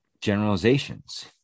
Generalizations